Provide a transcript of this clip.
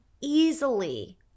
easily